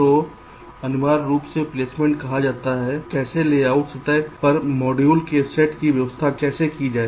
तो अनिवार्य रूप से प्लेसमेंट कहता है कैसे लेआउट सतह पर मॉड्यूल के सेट की व्यवस्था कैसे की जाए